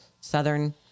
southern